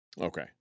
Okay